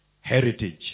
Heritage